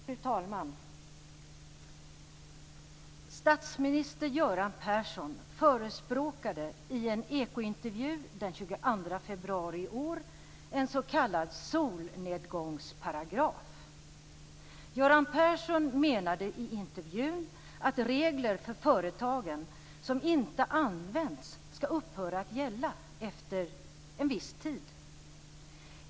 Fru talman! Statsminister Göran Persson förespråkade i en Ekointervju den 22 februari i år en s.k. solnedgångsparagraf. Göran Persson menade i intervjun att regler för företagen som inte använts skall upphöra att gälla efter en viss tid.